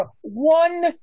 one